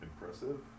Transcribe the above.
impressive